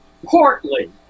Portly